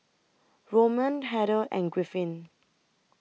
Roman Heather and Griffin